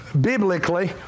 biblically